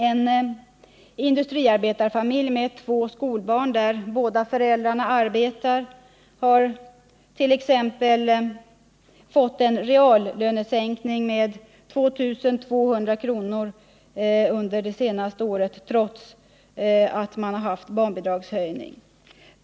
En industriarbetarfamilj med två skolbarn där båda föräldrarna arbetar har t.ex. fått en reallönesänkning med 2 200 kr. under det senaste året, trots barnbidragshöjningar.